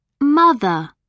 Mother